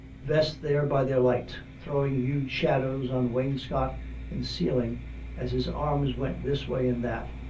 vest there by their light, throwing huge shadows on wainscot and ceiling as his arms went this way and that